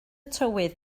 tywydd